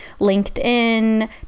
LinkedIn